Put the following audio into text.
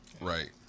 Right